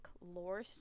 lore